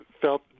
felt